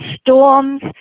storms